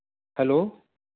hello